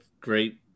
great